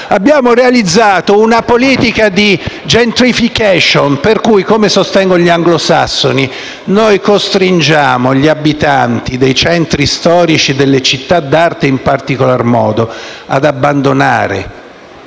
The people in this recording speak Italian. esito infausto, una politica di *gentrification*. Come sostengono gli anglosassoni, noi costringiamo gli abitanti dei centri storici, delle città d'arte in particolare, ad abbandonare